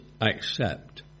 accept